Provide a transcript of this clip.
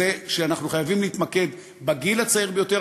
שאנחנו חייבים להתמקד בגיל הצעיר ביותר,